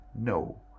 No